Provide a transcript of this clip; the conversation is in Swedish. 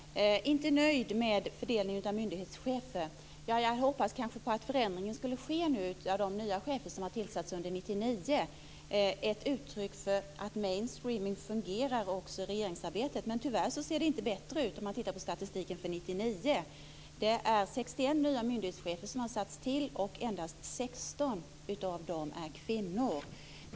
Fru talman! Ministern säger att hon inte är nöjd med fördelningen av myndighetschefer. Jag hade hoppats att en förändring skulle ske när nya chefer tillsattes under 1999 som ett uttryck för att mainstreaming fungerar också i regeringsarbetet, men tyvärr ser det inte bättre ut i statistiken för 1999. Det är 61 nya myndighetschefer som har satts till och endast 16 av dem är kvinnor.